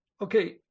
Okay